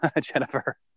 Jennifer